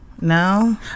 No